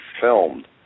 filmed